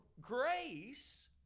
grace